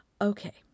Okay